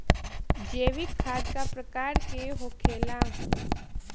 जैविक खाद का प्रकार के होखे ला?